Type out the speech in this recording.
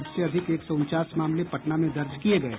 सबसे अधिक एक सौ उनचास मामले पटना में दर्ज किये गये